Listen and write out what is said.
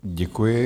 Děkuji.